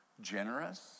generous